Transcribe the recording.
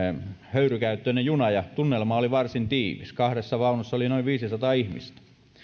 höyrykäyttöinen juna ja tunnelma oli varsin tiivis kahdessa vaunussa oli noin viisisataa ihmistä